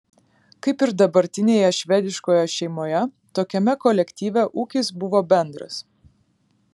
kaip ir dabartinėje švediškoje šeimoje tokiame kolektyve ūkis buvo bendras